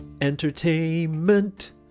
Entertainment